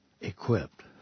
equipped